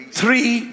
three